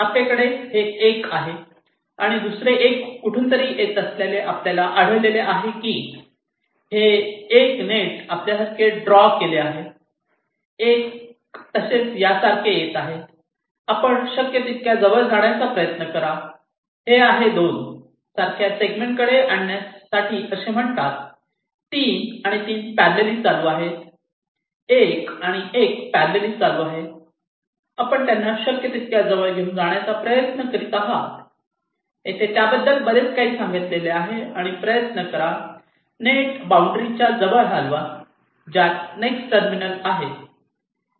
आपल्याकडे हे 1 आहे आणि दुसरे 1 कुठूनतरी येत असल्याचे आपल्याला आढळले आहे की हे 1 नेट आपल्यासारखे ड्रॉ केले आहे 1 तसेच यासारखे येत आहे आपण शक्य तितक्या जवळ जाण्याचा प्रयत्न करा हे आहे 2 सारख्या सेगमेंटकडे आणण्यासाठी असे म्हणतात 3 आणि 3 पॅरॅलेली चालू आहेत 1 आणि 1 पॅरॅलेली चालू आहेत आपण त्यांना शक्य तितक्या जवळ घेऊन जाण्याचा प्रयत्न करीत आहात येथे त्याबद्दल बरेच काही सांगितले आहे आणि प्रयत्न करा नेट बॉउंद्री च्या जवळ हलवा ज्यात नेक्स्ट टर्मिनल आहे